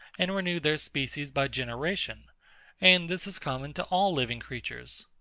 and renew their species by generation and this is common to all living creatures.